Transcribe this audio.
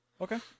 Okay